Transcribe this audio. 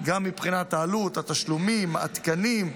גם מבחינת העלות, התשלומים העדכניים,